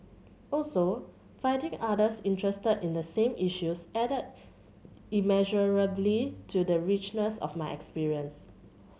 also finding others interested in the same issues added immeasurably to the richness of my experience